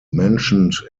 mentioned